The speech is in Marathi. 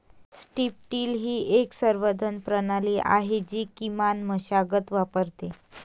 स्ट्रीप टिल ही एक संवर्धन प्रणाली आहे जी किमान मशागत वापरते